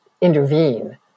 intervene